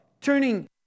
turning